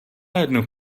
jednu